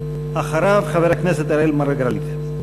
ואחריו, חבר הכנסת אראל מרגלית.